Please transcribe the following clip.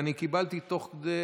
אני קיבלתי תוך כדי